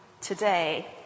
today